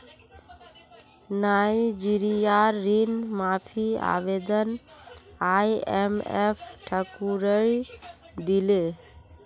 नाइजीरियार ऋण माफी आवेदन आईएमएफ ठुकरइ दिले